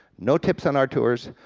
no tips on our tours,